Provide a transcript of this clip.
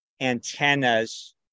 antennas